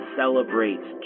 celebrates